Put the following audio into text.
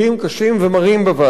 קשים ומרים בוועדה,